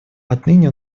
отныне